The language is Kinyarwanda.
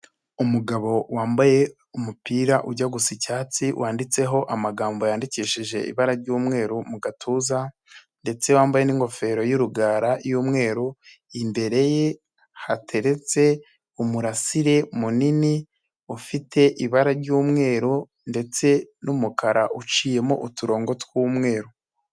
Umugabo wambaye umupira ujya gusa icyatsi wanditseho amagambo yandikishije ibara ry'umweru mu gatuza ndetse wambaye n'ingofero y'urugara y'umweru, imbere ye hateretse umurasire munini, ufite ibara ry'umweru ndetse n'umukara uciyemo uturongo tw'umweru.